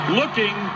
looking